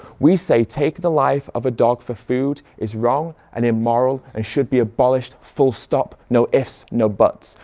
we say taking the life of a dog for food is wrong and immoral and should be abolished full stop. no, ifs no buts.